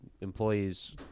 employees